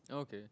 oh okay